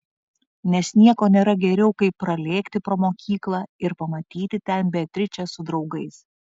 nes nieko nėra geriau kaip pralėkti pro mokyklą ir pamatyti ten beatričę su draugais